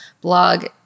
blog